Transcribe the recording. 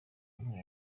inkunga